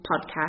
podcast